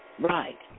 right